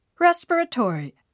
Respiratory